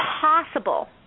possible